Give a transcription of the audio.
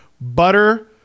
butter